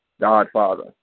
Godfather